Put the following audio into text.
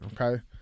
Okay